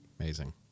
Amazing